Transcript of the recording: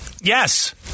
Yes